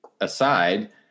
aside